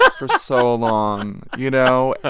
but for so long, you know?